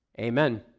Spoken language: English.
Amen